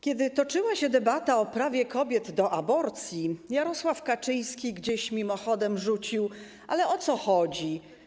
Kiedy toczyła się debata o prawie kobiet do aborcji, Jarosław Kaczyński gdzieś mimochodem rzucił: Ale o co chodzi?